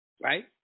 Right